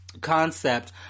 concept